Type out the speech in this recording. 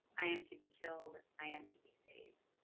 i am to be killed, i am to be saved.